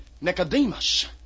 Nicodemus